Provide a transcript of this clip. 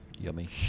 Yummy